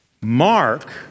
Mark